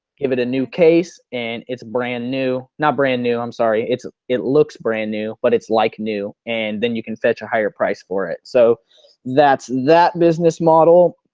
give it a new case and it's brand new. not brand new, i'm sorry it looks brand new but it's like new and then you can fetch a higher price for it, so that's that business model.